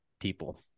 people